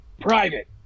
private